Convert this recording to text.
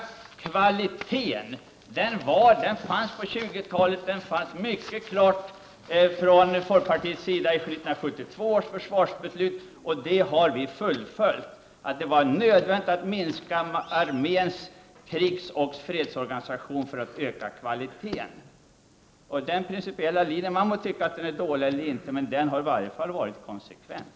Denna linje hade folkpartiet redan på 20-talet. Detta uttalades mycket klart från folkpartiet i 1972 års försvarsbeslut, och folkpartiet har fullföljt sin inställning att det var nödvändigt att minska arméns krigsoch fredsorganisation för att öka kvaliteten. Man må tycka att denna linje är dålig eller inte, men den har åtminstone varit konsekvent.